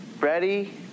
Ready